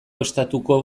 estatuko